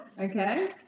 okay